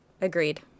agreed